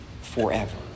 forever